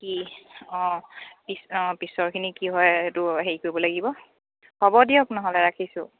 কি অঁ পিছ অঁ পিছৰখিনি কি হয় আৰু সেইটো হেৰি কৰিব লাগিব হ'ব দিয়ক নহ'লে ৰাখিছোঁ